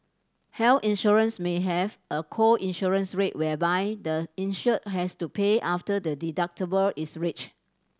hair insurance may have a co insurance rate whereby the insured has to pay after the deductible is reached